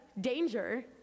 danger